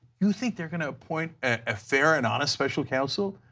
you think they are going to appoint ah fair and honest special counsel?